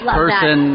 person